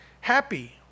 happy